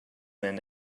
man